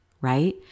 right